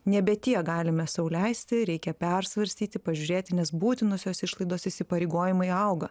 nebe tiek galime sau leisti reikia persvarstyti pažiūrėti nes būtinosios išlaidos įsipareigojimai auga